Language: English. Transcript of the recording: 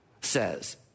says